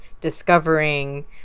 discovering